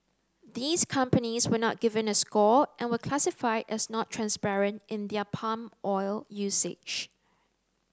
these companies were not given a score and were classified as not transparent in their palm oil usage